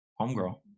Homegirl